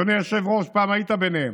אדוני היושב-ראש, פעם היית ביניהם,